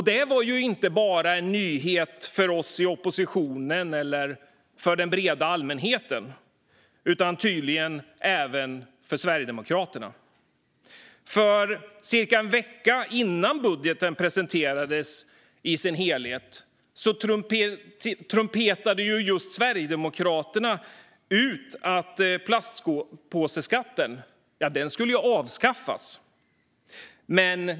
Detta var inte bara en nyhet för oss i oppositionen eller för den breda allmänheten utan tydligen även för Sverigedemokraterna. Cirka en vecka innan budgeten presenterades i sin helhet trumpetade nämligen just Sverigedemokraterna ut att plastpåseskatten skulle avskaffas.